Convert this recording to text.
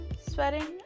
sweating